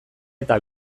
eta